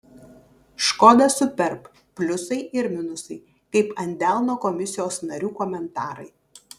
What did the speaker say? škoda superb pliusai ir minusai kaip ant delno komisijos narių komentarai